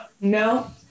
No